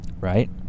right